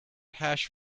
hash